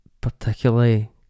particularly